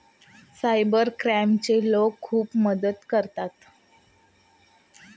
cyber क्राईमचे लोक खूप मदत करतात